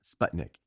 Sputnik